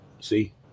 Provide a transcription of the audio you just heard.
see